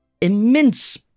immense